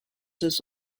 this